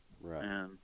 Right